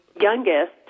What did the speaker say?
youngest